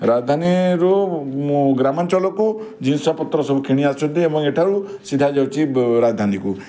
ରାଜଧାନୀରୁ ମୁଁ ଗ୍ରାମାଞ୍ଚଳକୁ ଜିନିଷ ପତ୍ର କିଣି ଆସୁଛନ୍ତି ଏବଂ ଏଠାରୁ ସିଧା ଯାଉଛି ରାଜଧାନୀକୁ